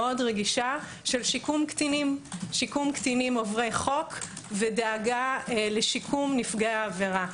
רגישה של שיקום קטינים עוברי חוק ודאגה לשיקום נפגעי העבירה.